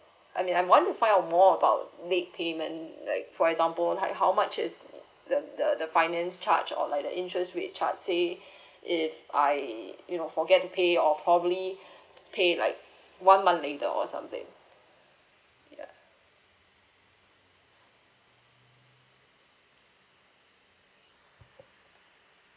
I mean I want to find out more about late payment like for example like how much is the the the finance charge or like the interest rate charge say if I you know forget to pay or probably pay like one month later or something ya